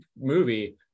movie